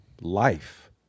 life